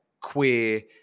queer